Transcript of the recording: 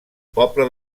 poble